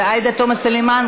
לוועדת הכספים.